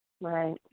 Right